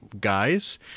guys